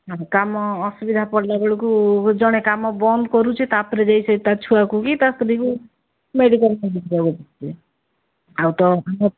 କାମ ଅସୁବିଧା ପଡ଼ିଲା ବେଳକୁ ଜଣେ କାମ ବନ୍ଦ କରୁଛି ତାପରେ ସିଏ ଯାଇକି ତା ଛୁଆକୁ କି ତା ସ୍ତ୍ରୀକୁ ମେଡିକାଲ ନେଇକି ଯାଉଛି ଆଉ ତ